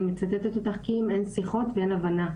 אני מצטטת אותך, קים: אין שיחות ואין הבנה.